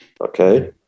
Okay